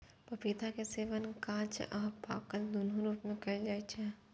पपीता के सेवन कांच आ पाकल, दुनू रूप मे कैल जाइ छै